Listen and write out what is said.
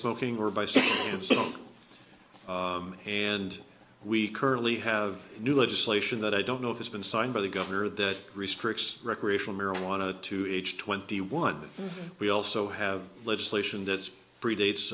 smoking or by saying i have some and we currently have new legislation that i don't know if it's been signed by the governor that restricts recreational marijuana to age twenty one we also have legislation that predates